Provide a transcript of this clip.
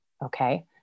Okay